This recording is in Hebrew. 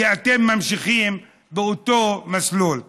כי אתם ממשיכים באותו מסלול.